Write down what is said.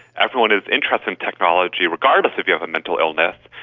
everyone is interested in technology, regardless if you have a mental illness,